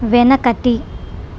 వెనకటి